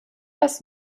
das